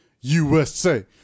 USA